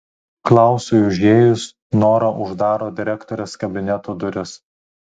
klausui užėjus nora uždaro direktorės kabineto duris